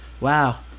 wow